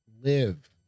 live